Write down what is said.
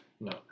No